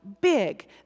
big